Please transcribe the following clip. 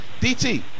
DT